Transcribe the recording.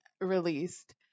released